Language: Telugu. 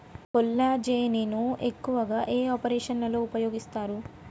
కొల్లాజెజేని ను ఎక్కువగా ఏ ఆపరేషన్లలో ఉపయోగిస్తారు?